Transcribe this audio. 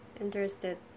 interested